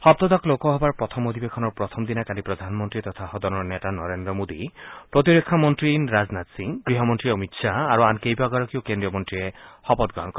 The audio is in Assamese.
সপ্তদশ লোকসভাৰ প্ৰথম অধিৱেশনৰ প্ৰথম দিনা কালি প্ৰধানমন্ত্ৰী তথা সদনৰ নেতা নৰেন্দ্ৰ মোদী প্ৰতিৰক্ষা মন্ত্ৰী ৰাজনাথ সিং গৃহমন্ত্ৰী অমিত শ্বাহ আৰু আন কেইবাগৰাকীও কেন্দ্ৰীয় মন্ত্ৰীয়ে শপত গ্ৰহণ কৰে